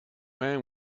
man